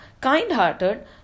kind-hearted